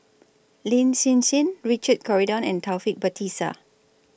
Lin Hsin Hsin Richard Corridon and Taufik Batisah